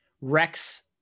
Rex